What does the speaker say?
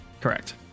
correct